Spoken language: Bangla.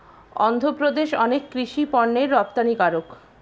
অন্ধ্রপ্রদেশ অনেক কৃষি পণ্যের রপ্তানিকারক